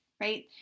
right